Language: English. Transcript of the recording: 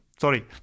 Sorry